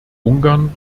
ungarn